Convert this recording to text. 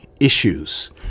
issues